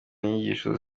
nyigisho